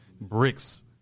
bricks